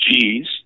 G's